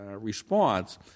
response